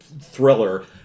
thriller